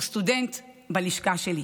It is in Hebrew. הוא סטודנט בלשכה שלי.